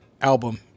album